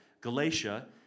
Galatia